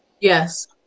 yes